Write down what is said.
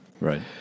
Right